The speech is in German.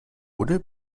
wurde